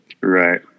right